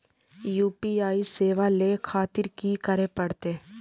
UPI सेवा ले खातिर की करे परते?